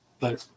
Later